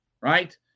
right